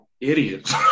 idiots